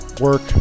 work